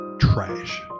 trash